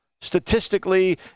Statistically